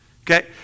okay